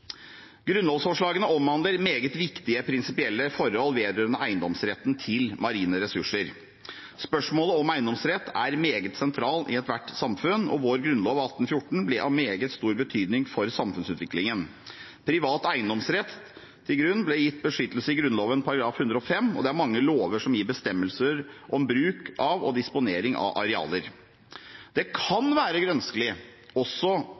Grunnlovsforslagene omhandler meget viktige prinsipielle forhold vedrørende eiendomsretten til marine ressurser. Spørsmålet om eiendomsrett er meget sentralt i ethvert samfunn, og vår grunnlov av 1814 ble av meget stor betydning for samfunnsutviklingen. Privat eiendomsrett til grunn ble gitt beskyttelse i Grunnloven § 105, og det er mange lover som gir bestemmelser om bruk og disponering av arealer. Det